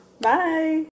Bye